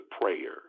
prayer